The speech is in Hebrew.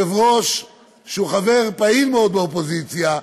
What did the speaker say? יושב-ראש שהוא חבר פעיל מאוד באופוזיציה,